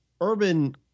Urban